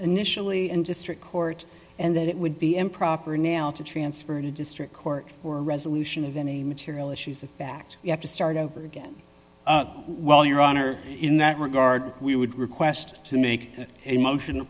initially and district court and that it would be improper now to transfer to district court for a resolution of any material issues of fact you have to start over again while your honor in that regard we would request to make a motion